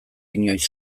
inoiz